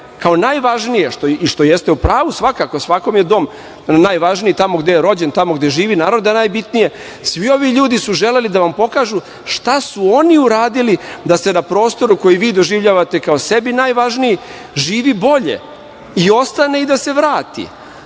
kao najvažnije, i što jeste u pravu svakako, svakom je dom najvažniji tamo gde je rođen, tamo gde živi, naravno da je najbitni. Svi ovi ljudi su želeli da vam pokažu šta su oni uradili da se na prostoru koji vi doživljavate kao sebi najvažniji živi bolje, i ostane i da se vrati,